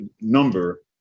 number